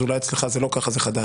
אז אולי אצלך זה לא כך - חד"ש-תע"ל.